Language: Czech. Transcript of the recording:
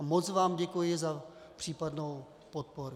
A moc vám děkuji za případnou podporu.